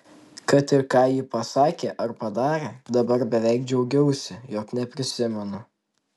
kad ir ką ji pasakė ar padarė dabar beveik džiaugiausi jog neprisimenu